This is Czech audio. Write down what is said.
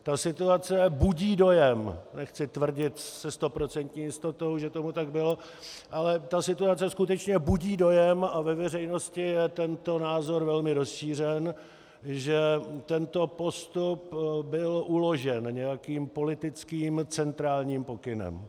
Ta situace budí dojem nechci tvrdit se stoprocentní jistotou, že tomu tak bylo ale ta situace skutečně budí dojem, a ve veřejnosti je tento názor velmi rozšířen, že tento postup byl uložen nějakým politickým centrálním pokynem.